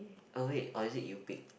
oh wait or is it you pick